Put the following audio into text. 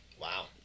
Wow